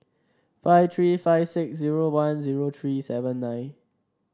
five three five six zero one zero three seven nine